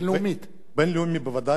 בין-לאומית, בוודאי.